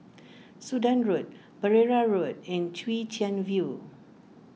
Sudan Road Pereira Road and Chwee Chian View